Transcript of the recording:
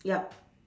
yup